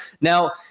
Now